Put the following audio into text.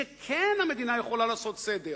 שכן המדינה יכולה לעשות סדר,